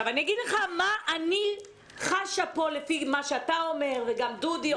אגיד לך מה אני חשה פה לפי מה שאתה אומר וגם דודי שוקף אומר.